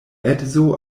edzo